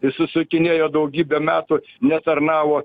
išsisukinėjo daugybę metų netarnavo